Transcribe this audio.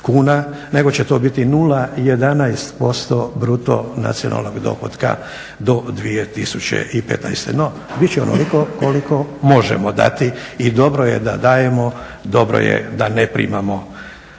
nego će to biti 0,11% bruto nacionalnog dohotka do 2015. No bit će onoliko koliko možemo dati i dobro je da dajemo, dobro je da ne primamo